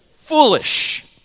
Foolish